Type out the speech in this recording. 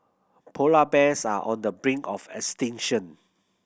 polar bears are on the brink of extinction